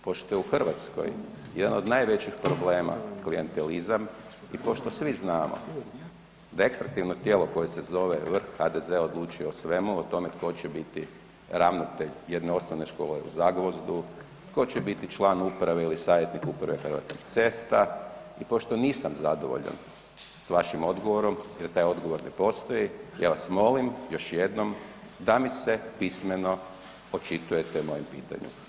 Pošto je u Hrvatskoj jedan od najvećih problema klijentelizam i pošto svi znamo da … tijelo koje se zove vrh HDZ-a odlučuje o svemu o tome tko će biti ravnatelj jedne Osnovne škole u Zagvozdu, tko će biti član uprave ili savjetnik uprave Hrvatskih cesta i pošto nisam zadovoljan s vašim odgovorom jer taj odgovor ne postoji, ja vas molim još jednom da mi se pismeno očitujete o mojem pitanju.